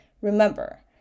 remember